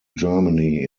germany